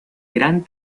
gran